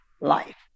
life